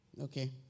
Okay